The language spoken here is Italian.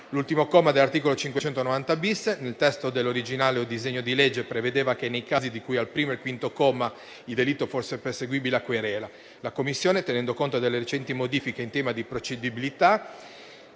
L'ultimo comma dell'articolo 590-*bis* nel testo originale del disegno di legge prevedeva che, nei casi di cui al primo e quinto comma, il delitto fosse perseguibile a querela. La Commissione, tenendo conto delle recenti modifiche in tema di procedibilità